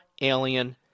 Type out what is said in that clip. alien